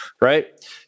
Right